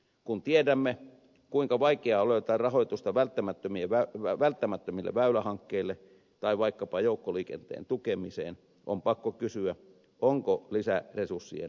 kun tiedämme kuinka vaikeaa on löytää rahoitusta välttämättömille väylähankkeille tai vaikkapa joukkoliikenteen tukemiseen on pakko kysyä onko lisäresurssien painopiste kohdallaan